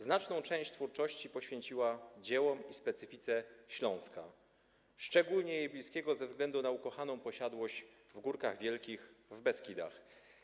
Znaczną część twórczości poświęciła dziełom i specyfice Śląska, szczególnie jej bliskiego ze względu na ukochaną posiadłość w Górkach Wielkich w Beskidach.